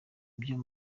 byo